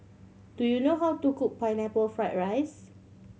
do you know how to cook Pineapple Fried rice